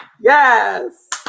Yes